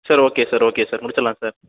sir okay sir okay sir முடிச்சடலாம் sir